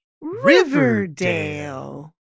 Riverdale